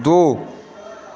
दू